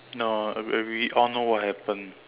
no uh we uh we all know what happened